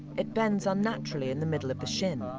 it bends unnaturally in the middle of the shin.